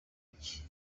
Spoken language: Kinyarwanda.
icyi